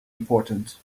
important